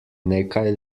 nekaj